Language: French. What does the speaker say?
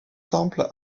temple